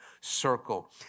circle